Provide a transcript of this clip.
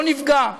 לא נפגעה.